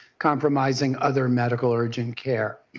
compromising other medical urgent care